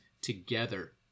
together